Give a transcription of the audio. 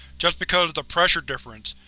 just because of the pressure difference.